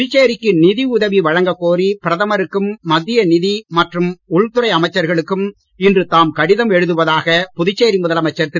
புதுச்சேரிக்கு நிதி உதவி வழங்கக் கோரி பிரதமருக்கும் மத்திய நிதி மற்றும் உள்துறை அமைச்சர்களுக்கும் இன்று தாம் கடிதம் எழுதுவதாக புதுச்சேரி முதலமைச்சர் திரு